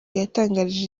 yatangarije